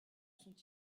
sont